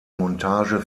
montage